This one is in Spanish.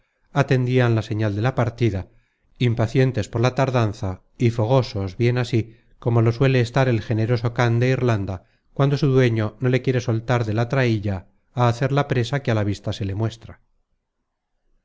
atendian la señal de la partida impacientes por la tardanza y fogosos bien ansí como lo suele estar el generoso can de irlanda cuando su dueño no le quiere soltar de la traílla á hacer la presa que a la vista se le muestra